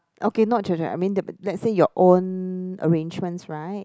okay not children I mean let's say your own arrangements right